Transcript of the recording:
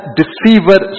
deceiver